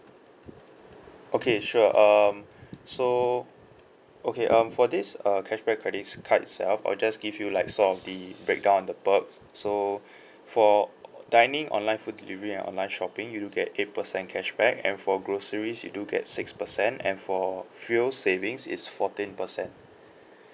okay sure um so okay um for this err cashback credits card itself I'll just give you like sort of the breakdown on the perks so for dining online food delivery and online shopping you will get eight percent cashback and for groceries you do get six percent and for fuel savings is fourteen percent